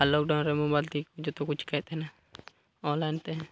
ᱟᱨ lockdown ᱨᱮ mobile ᱛᱮᱜᱮ ᱡᱚᱛᱚ ᱠᱚ ᱪᱤᱠᱟᱹᱭᱮᱫ ᱛᱟᱦᱮᱱᱟ ᱚᱱᱞᱟᱭᱤᱱ ᱛᱮ